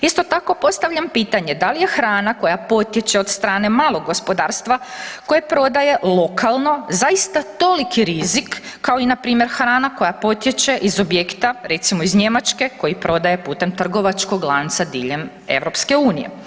Isto tako, postavljam pitanje da li je hrana koja potječe od strane malog gospodarstva, koje prodaje lokalno zaista toliki rizik kao i npr. hrana koja potječe iz objekta, recimo iz Njemačke, koji prodaje putem trgovačkog lanca diljem EU.